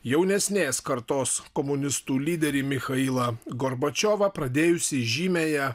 jaunesnės kartos komunistų lyderį michailą gorbačiovą pradėjusį žymiąją